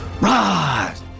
rise